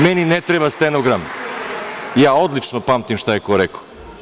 Meni ne treba stenogram, ja odlično pamtim šta je ko rekao.